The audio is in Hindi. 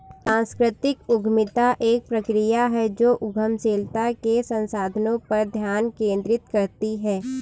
सांस्कृतिक उद्यमिता एक प्रक्रिया है जो उद्यमशीलता के संसाधनों पर ध्यान केंद्रित करती है